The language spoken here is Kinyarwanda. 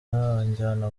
anjyana